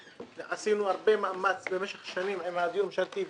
עשינו הרבה מאמץ במשך שנים עם הדיור הממשלתי,